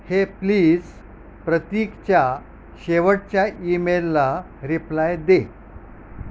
हे प्लीज प्रतीकच्या शेवटच्या ई मेलला रिप्लाय दे